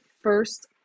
first